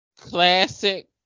Classic